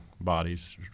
bodies